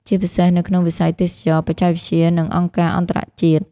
ជាពិសេសនៅក្នុងវិស័យទេសចរណ៍ បច្ចេកវិទ្យា និងអង្គការអន្តរជាតិ។